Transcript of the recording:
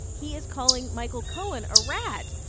he is calling michael cohen a rat?